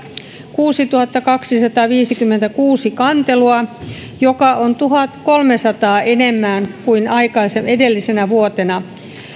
kuusituhattakaksisataaviisikymmentäkuusi kantelua kertomusvuonna kaksituhattaseitsemäntoista mikä on tuhannenkolmensadan enemmän kuin edellisenä vuotena